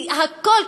כי הכול,